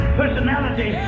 personality